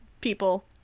people